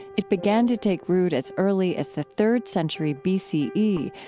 it began to take root as early as the third century b c e,